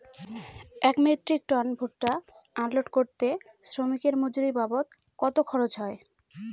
এক metric ton ভুট্টা unload করতে শ্রমিকের মজুরি বাবদ কত খরচ হয়?